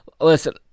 listen –